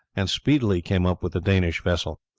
and speedily came up with the danish vessel.